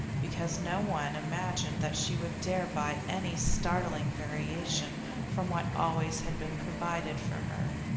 because no one imagined that she would dare buy any startling variation from what always had been provided for her.